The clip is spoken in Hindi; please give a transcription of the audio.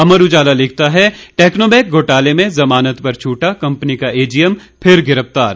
अमर उजाला लिखता है टैक्नोमैक घोटाले में जमानत पर छूटा कंपनी का एजीएम फिर गिरफतार